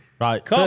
Right